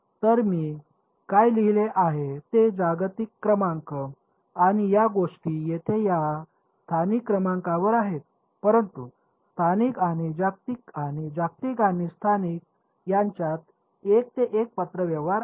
तर मी काय लिहिले आहे ते जागतिक क्रमांक आणि या गोष्टी येथे या स्थानिक क्रमांकावर आहेत परंतु स्थानिक आणि जागतिक आणि जागतिक आणि स्थानिक यांच्यात 1 ते 1 पत्रव्यवहार आहे